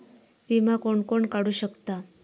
विमा कोण कोण काढू शकता?